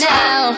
now